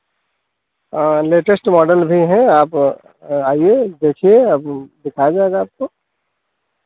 latest model भी हैं आप आइए देखिए अब दिखाया जाएगा आपको